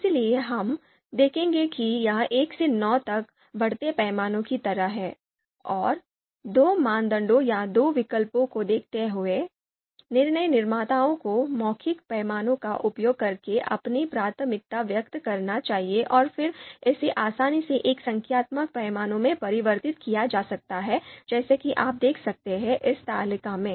इसलिए हम देखेंगे कि यह 1 से 9 तक बढ़ते पैमाने की तरह है और दो मानदंडों या दो विकल्पों को देखते हुए निर्णय निर्माताओं को मौखिक पैमाने का उपयोग करके अपनी प्राथमिकता व्यक्त करना चाहिए और फिर इसे आसानी से एक संख्यात्मक पैमाने में परिवर्तित किया जा सकता है जैसा कि आप देख सकते हैं इस तालिका में